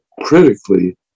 critically